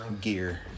gear